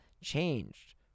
changed